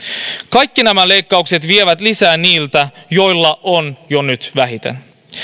kaikki nämä leikkaukset vievät lisää niiltä joilla on jo nyt vähiten